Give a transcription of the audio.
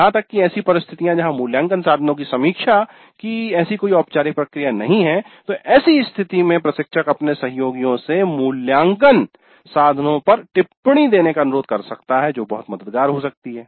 यहां तक कि ऐसी परिस्थितियां जहां मूल्यांकन साधनों की समीक्षा की ऐसी कोई औपचारिक प्रक्रिया नहीं है तो ऐसी स्थिति में प्रशिक्षक अपने सहयोगियों से मूल्यांकन साधनों पर टिप्पणी देने का अनुरोध कर सकता है जो बहुत मददगार हो सकती है